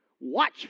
Watch